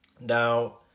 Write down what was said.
Now